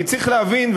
כי צריך להבין,